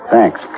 Thanks